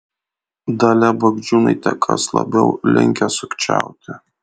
dalia bagdžiūnaitė kas labiau linkęs sukčiauti